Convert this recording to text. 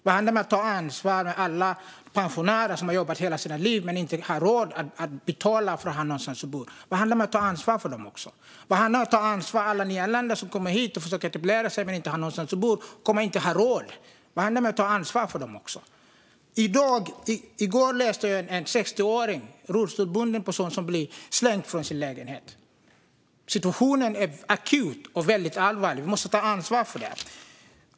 Vad hände med att ta ansvar för alla pensionärer som har jobbat hela sina liv men inte har råd att betala för någonstans att bo? Vad hände med att ta ansvar för alla nyanlända som kommer hit och försöker etablera sig men inte har någonstans att bo och inte kommer att ha råd? Vad hände med att ta ansvar för dem också? I går läste jag om en rullstolsbunden 60-åring som blivit utslängd från sin lägenhet. Situationen är akut och väldigt allvarlig, och vi måste ta ansvar för det här.